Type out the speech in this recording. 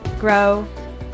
grow